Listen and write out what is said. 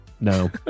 no